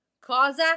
cosa